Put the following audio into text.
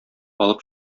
алып